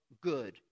good